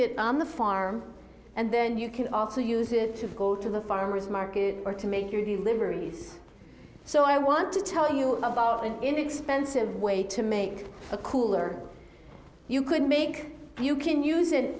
it on the farm and then you can also use it to go to the farmer's market or to make your deliveries so i want to tell you about an inexpensive way to make a cooler you could make you can use an